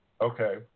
Okay